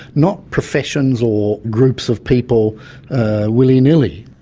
not professions or groups of people willy-nilly.